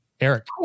Eric